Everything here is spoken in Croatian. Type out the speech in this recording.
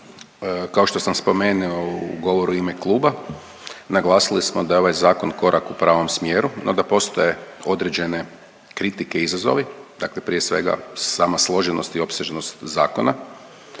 Kao što sam spomenuo u govoru u ime kluba, naglasili smo da je ovaj Zakon korak u pravom smjeru, no da postoje određene kritike i izazovi, dakle prije svega, sama složenost i opsežnost zakona,